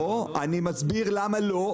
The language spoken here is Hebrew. לא, אני מסביר למה לא.